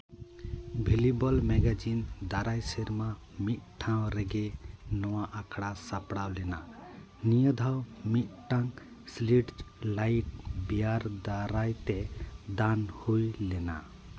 ᱵᱷᱤᱞᱤᱵᱚᱞ magazine ᱫᱟᱨᱟᱭ ᱥᱮᱨᱢᱟ ᱢᱤᱫ ᱴᱷᱟᱶ ᱨᱮᱜᱮ ᱱᱚᱣᱟ ᱟᱠᱷᱲᱟ ᱥᱟᱯᱲᱟᱣ ᱞᱮᱱᱟ ᱱᱤᱭᱟᱹ ᱫᱷᱟᱣ ᱢᱤᱫᱴᱟᱝ ᱥᱞᱤᱴᱡ ᱞᱟᱭᱤᱴ ᱵᱤᱭᱟᱨ ᱫᱟᱨᱟᱭᱛᱮ ᱫᱟᱱ ᱦᱩᱭ ᱞᱮᱱᱟ